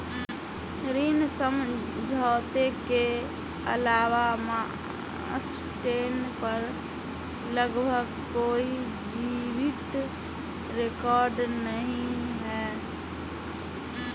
ऋण समझौते के अलावा मास्टेन पर लगभग कोई जीवित रिकॉर्ड नहीं है